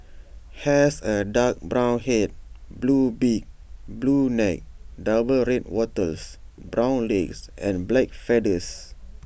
has A dark brown Head blue beak blue neck double red wattles brown legs and black feathers